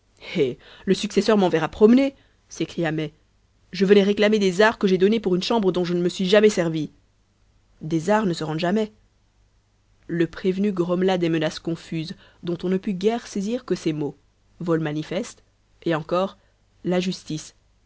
le successeur m'enverra promener s'écria mai je venais réclamer des arrhes que j'ai données pour une chambre dont je ne me suis jamais servi des arrhes ne se rendent jamais le prévenu grommela des menaces confuses dont on ne put guère saisir que ces mots vol manifeste et encore la justice